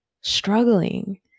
struggling